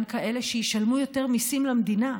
גם כאלה שישלמו יותר מיסים למדינה,